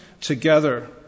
together